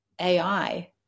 AI